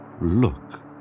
look